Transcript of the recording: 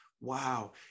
wow